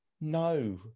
no